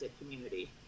community